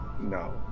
No